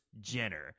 Jenner